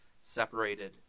separated